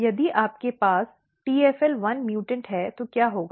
यदि आपके पास tfl1 म्यूटेंट है तो क्या होगा